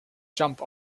jump